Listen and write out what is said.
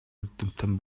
эрдэмтэн